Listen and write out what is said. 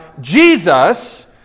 Jesus